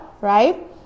right